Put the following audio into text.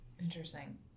Interesting